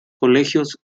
colegios